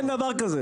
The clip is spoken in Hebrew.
אין דבר כזה.